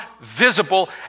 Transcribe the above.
visible